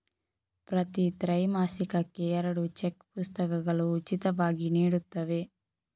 ಪ್ರತಿ ತ್ರೈಮಾಸಿಕಕ್ಕೆ ಎರಡು ಚೆಕ್ ಪುಸ್ತಕಗಳು ಉಚಿತವಾಗಿ ನೀಡುತ್ತವೆ